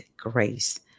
grace